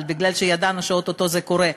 אבל מכיוון שידענו שאו-טו-טו זה קורה,